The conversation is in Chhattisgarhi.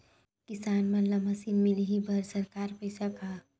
किसान मन ला मशीन मिलही बर सरकार पईसा का?